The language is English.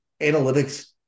analytics